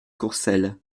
courcelles